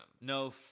No